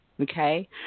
Okay